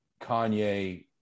kanye